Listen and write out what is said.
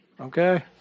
okay